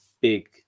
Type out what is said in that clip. big